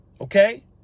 Okay